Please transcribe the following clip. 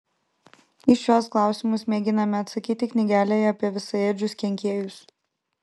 į šiuos klausimus mėginame atsakyti knygelėje apie visaėdžius kenkėjus